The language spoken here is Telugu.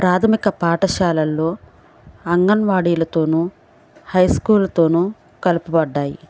ప్రాధమిక పాఠశాలల్లో అంగన్వాడీలతోనూ హై స్కూల్తోనూ కలపబడ్డాయి